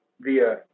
via